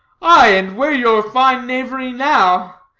aye, and where your fine knavery now?